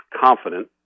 confident